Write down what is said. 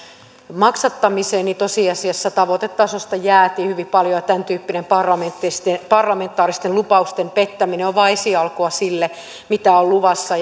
maksattamiseksi niin tosiasiassa tavoitetasosta jäätiin hyvin paljon ja tämäntyyppinen parlamentaaristen lupausten pettäminen on vain esialkua sille mitä on luvassa